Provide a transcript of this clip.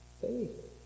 faith